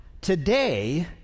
Today